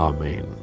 Amen